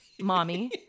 Mommy